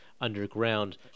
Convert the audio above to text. underground